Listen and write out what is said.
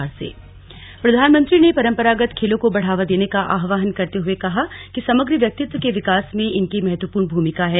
मन की बात प्रधानमंत्री ने परम्परागत खेलों को बढ़ावा देने का आह्वान करते हुए कहा कि समग्र व्यक्तित्व के विकास में इनकी महत्वपूर्ण भूमिका है